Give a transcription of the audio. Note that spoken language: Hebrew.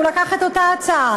הוא לקח את אותה הצעה,